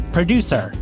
Producer